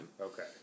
Okay